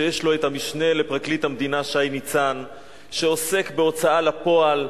שיש לו המשנה לפרקליט המדינה שי ניצן שעוסק בהוצאה לפועל,